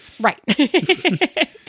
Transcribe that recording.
Right